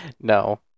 no